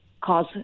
cause